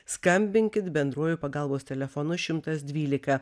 skambinkit bendruoju pagalbos telefonu šimtas dvylika